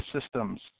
systems